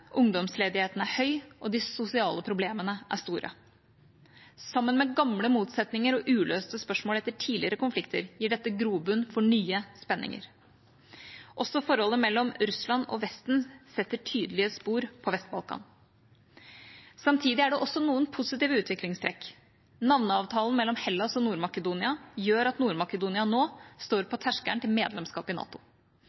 ungdomsledigheten er høy, og de sosiale problemene er store. Sammen med gamle motsetninger og uløste spørsmål etter tidligere konflikter gir dette grobunn for nye spenninger. Også forholdet mellom Russland og Vesten setter tydelige spor på Vest-Balkan. Samtidig er det også noen positive utviklingstrekk. Navneavtalen mellom Hellas og Nord-Makedonia gjør at Nord-Makedonia nå står